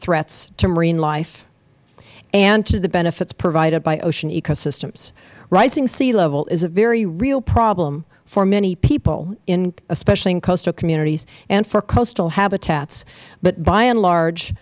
threats to marine life and to the benefits provided by ocean ecosystems rising sea level is a very real problem for many people in especially in coastal communities and for coastal habitats but by and